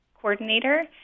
coordinator